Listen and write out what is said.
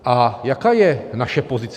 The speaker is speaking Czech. A jaká je naše pozice?